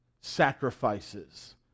sacrifices